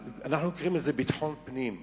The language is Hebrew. אנחנו קוראים לזה ביטחון פנים,